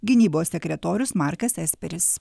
gynybos sekretorius markas esperis